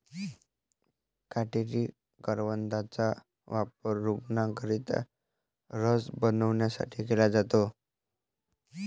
काटेरी करवंदाचा वापर रूग्णांकरिता रस बनवण्यासाठी केला जातो